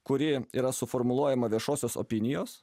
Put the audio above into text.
kuri yra suformuluojama viešosios opinijos